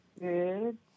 Good